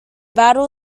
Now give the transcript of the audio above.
battle